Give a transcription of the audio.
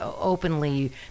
openly